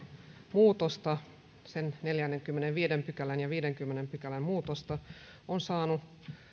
muutosta sen neljännenkymmenennenviidennen pykälän ja viidennenkymmenennen pykälän muutosta on saanut